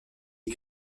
est